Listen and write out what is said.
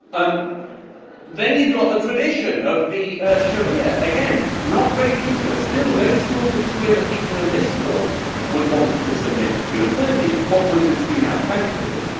um then you've got the tradition of the ah sharia, again, not great peacefulness, still no schools of sharia that people in this hall would want to submit to. and thirdly, what muslims do now. thankfully,